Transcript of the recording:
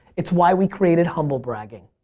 it's why we created humble bragging.